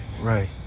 Right